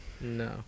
No